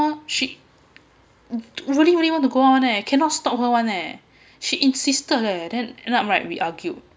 she really really want to go out [one] eh cannot stop her [one] leh she insisted leh and end up right we argued